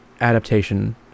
adaptation